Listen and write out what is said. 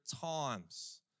times